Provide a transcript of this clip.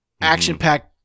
action-packed